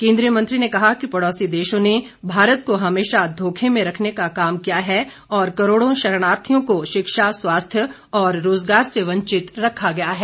केंद्रीय मंत्री ने कहा कि पड़ोसी देशों ने भारत को हमेशा धोखे में रखने का काम किया है और करोड़ों शरणार्थियों को शिक्षा स्वास्थ्य और रोजगार से वंचित रखा है